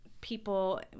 people